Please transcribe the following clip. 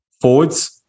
forwards